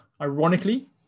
ironically